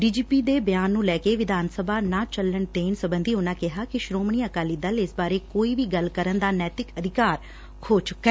D G P ਦੇ ਬਿਆਨ ਨੂੰ ਲੈ ਕੇ ਵਿਧਾਨ ਸਭਾ ਨਾ ਚੱਲਣ ਦੇਣ ਸਬੰਧੀ ਉਨੂਂ ਕਿਹਾ ਕਿ ਸ੍ਹੋਮਣੀ ਅਕਾਲੀ ਦਲ ਇਸ ਬਾਰੇ ਕੋਈ ਵੀ ਗੱਲ ਕਰਨ ਦਾ ਨੈਤਿਕ ਅਧਿਕਾਰ ਖੋ ਚੁੱਕੈ